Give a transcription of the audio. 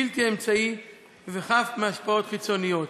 בלתי אמצעי וחף מהשפעות חיצוניות.